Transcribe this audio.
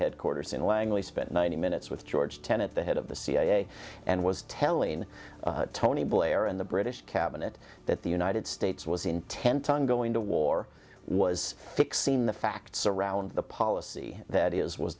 headquarters in langley spent ninety minutes with george tenet the head of the c i and was telling tony blair and the british cabinet that the united states was intent on going to war was sixteen the facts around the policy that he is was